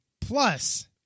Plus